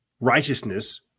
righteousness